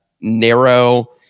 narrow